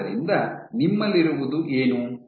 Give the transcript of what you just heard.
ಆದ್ದರಿಂದ ನಿಮ್ಮಲ್ಲಿರುವುದು ಏನು